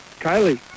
Kylie